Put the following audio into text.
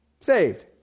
saved